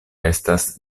estas